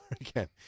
again